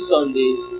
Sundays